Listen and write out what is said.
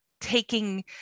taking